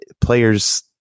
players